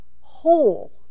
Whole